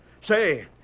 Say